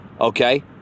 Okay